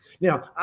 Now